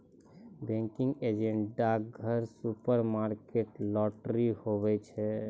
banking agent डाकघर, supermarket, lottery, हुवै छै